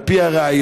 על פי הראיות.